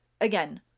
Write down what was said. again